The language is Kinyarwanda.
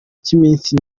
cy’iminsi